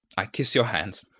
i kiss your hands.